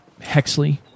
Hexley